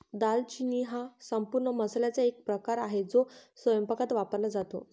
दालचिनी हा संपूर्ण मसाल्याचा एक प्रकार आहे, तो स्वयंपाकात वापरला जातो